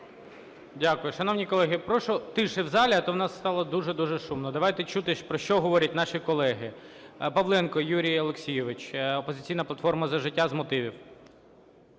Дякую. Шановні колеги, прошу тиші в залі, а то у нас стало дуже-дуже шумно. Давайте чути, про що говорять наші колеги. Павленко Юрій Олексійович, "Опозиційна платформа – За життя", з мотивів.